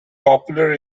popular